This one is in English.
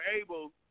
able